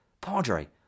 Padre